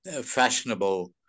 fashionable